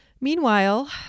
Meanwhile